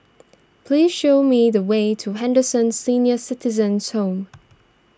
please show me the way to Henderson Senior Citizens' Home